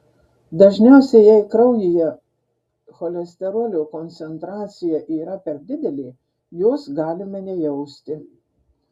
dažniausiai jei kraujyje cholesterolio koncentracija yra per didelė jos galime nejausti